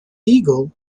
eagle